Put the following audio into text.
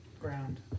ground